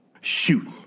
Shoot